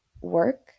work